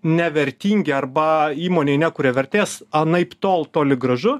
nevertingi arba įmonėj nekuria vertės anaiptol toli gražu